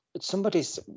somebody's